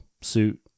suit